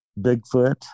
bigfoot